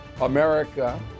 America